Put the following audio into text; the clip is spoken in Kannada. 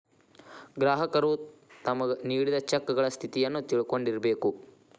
ಗ್ರಾಹಕರು ತಮ್ಗ್ ನೇಡಿದ್ ಚೆಕಗಳ ಸ್ಥಿತಿಯನ್ನು ತಿಳಕೊಂಡಿರ್ಬೇಕು